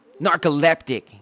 narcoleptic